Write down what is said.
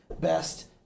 best